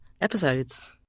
episodes